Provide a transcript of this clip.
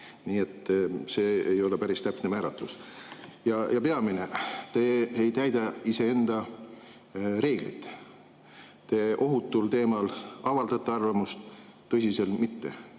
Nii et see ei ole päris täpne määratlus. Peamine: te ei täida iseenda reegleid. Te ohutul teemal avaldate arvamust, tõsisel mitte.